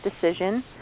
decision